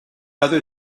other